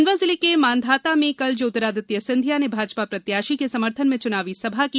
खंडवा जिले के मांधाता में कल ज्योतिरादित्य सिंधिया ने भाजपा प्रत्याशी के समर्थन चुनावी सभा की